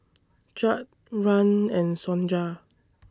Chadd Rahn and Sonja